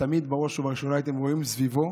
ותמיד בראש ובראשונה הייתם רואים סביבו